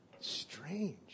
strange